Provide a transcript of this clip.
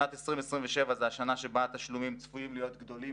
שנת 2027 זה השנה שבה התשלומים צפויים להיות גדולים